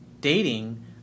dating